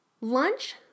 Lunch